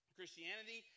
Christianity